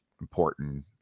important